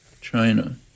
China